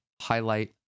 highlight